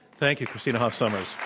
thank you, christina hoff sommers.